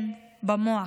כן, במוח.